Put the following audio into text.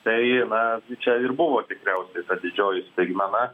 tai na čia ir buvo tikriausiai didžioji staigmena